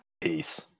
Peace